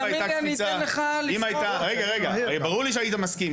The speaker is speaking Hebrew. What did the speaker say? ברור לי שהיית מסכים.